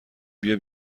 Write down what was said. بیا